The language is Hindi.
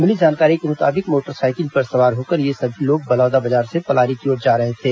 मिली जानकारी के मुताबिक मोटर साइकिल पर सवार होकर ये सभी लोग बलौदाबाजार से पलारी की ओर जा रहे थे